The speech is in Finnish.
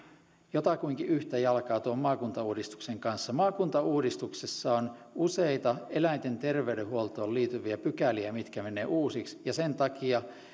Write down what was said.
jotakuinkin yhtä jalkaa maakuntauudistuksen kanssa maakuntauudistuksessa on useita eläinten terveydenhuoltoon liittyviä pykäliä mitkä menevät uusiksi ja sen takia